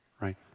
right